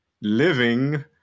living